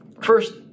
First